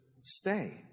stay